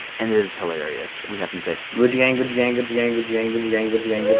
and it is hilarious. we have some tape gucci gang, gucci gang, gucci gang, gucci gang, gucci gang, gucci gang,